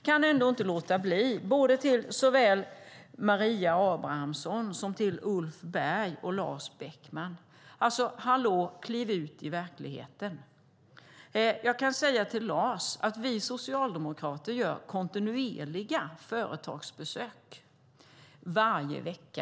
Jag kan inte låta bli att säga till såväl Maria Abrahamsson som Ulf Berg och Lars Beckman: Hallå, kliv ut i verkligheten! Jag kan tala om för Lars att vi socialdemokrater gör kontinuerliga företagsbesök, varje vecka.